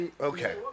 okay